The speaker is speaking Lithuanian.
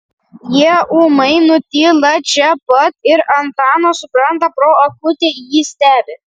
jie ūmai nutyla čia pat ir antanas supranta pro akutę jį stebi